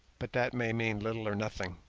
but that may mean little or nothing.